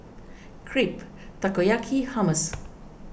Crepe Takoyaki Hummus